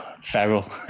feral